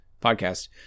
podcast